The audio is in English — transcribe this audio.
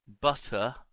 butter